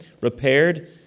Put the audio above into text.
repaired